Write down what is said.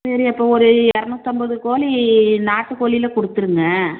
சரி அப்போ ஒரு இரநூத்தம்பது கோழி நாட்டுக்கோழில கொடுத்துருங்க